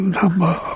number